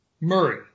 Murray